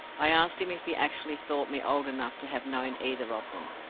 i asked him if he actually thought me old enough to have known either of them.